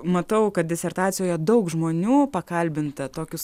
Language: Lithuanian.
matau kad disertacijoje daug žmonių pakalbinta tokius